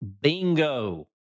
Bingo